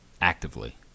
actively